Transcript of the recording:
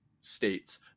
states